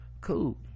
cool